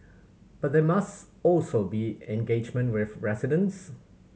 but there must also be engagement with residents